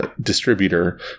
distributor